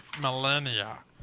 millennia